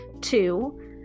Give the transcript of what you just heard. Two